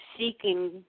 seeking